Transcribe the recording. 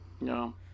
No